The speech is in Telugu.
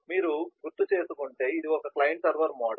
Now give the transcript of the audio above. మీరు గుర్తుచేసుకుంటే ఇది ఒక క్లయింట్ సర్వర్ మోడల్